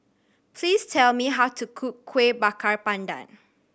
please tell me how to cook Kueh Bakar Pandan